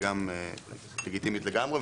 וגם לגיטימית לגמרי,